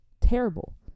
Terrible